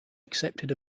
accepted